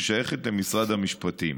ששייכת למשרד המשפטים.